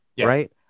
right